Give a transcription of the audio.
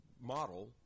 model